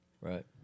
Right